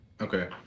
Okay